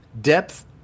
depth